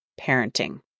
parenting